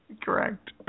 Correct